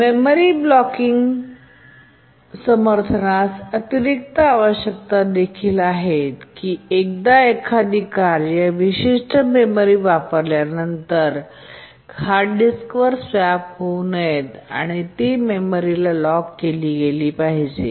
memory locking समर्थनास अतिरिक्त आवश्यकता देखील आहेत की एकदा एखादी कार्य विशिष्ट मेमरी वापरल्यानंतर हार्ड डिस्कवर स्वॅप होऊ नये आणि ती मेमरीला लॉक केली गेली पाहिजे